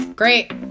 Great